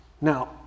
Now